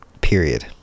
period